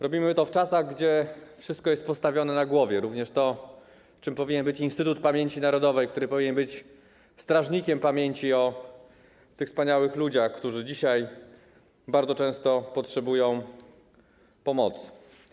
Robimy to w czasach, w których wszystko jest postawione na głowie, również to, czym powinien być Instytut Pamięci Narodowej, który powinien być strażnikiem pamięci o tych wspaniałych ludziach, którzy dzisiaj bardzo często potrzebują pomocy.